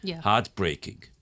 heartbreaking